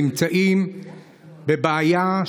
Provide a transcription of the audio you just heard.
נמצאים בבעיה,